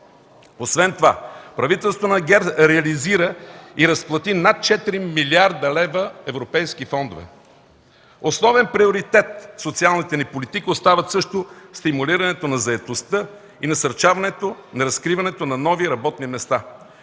Освен това правителството на ГЕРБ реализира и разплати над 4 млрд. лв. европейски фондове. Основен приоритет в социалната ни политика остават също стимулирането на заетостта и насърчаването на разкриването на нови работни места.